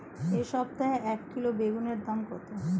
এই সপ্তাহে এক কিলোগ্রাম বেগুন এর দাম কত?